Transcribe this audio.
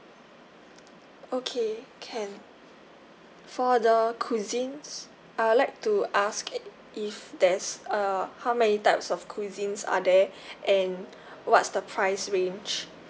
okay can for the cuisines I would like to ask if there's uh how many types of cuisines are there and what's the price range